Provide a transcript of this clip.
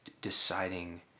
deciding